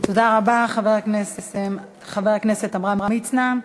תודה רבה, חבר הכנסת עמרם מצנע.